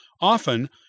Often